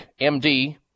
MD